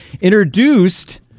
introduced